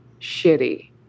shitty